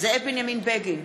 זאב בנימין בגין,